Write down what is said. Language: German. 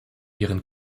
ihren